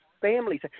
families –